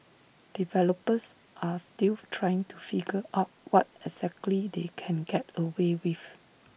developers are still trying to figure out what exactly they can get away with